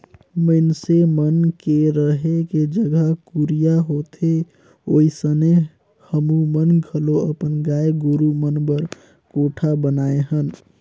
मइनसे मन के रहें के जघा कुरिया होथे ओइसने हमुमन घलो अपन गाय गोरु मन बर कोठा बनाये हन